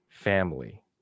Family